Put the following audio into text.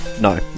No